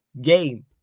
game